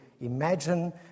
imagine